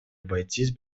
обойтись